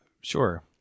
Sure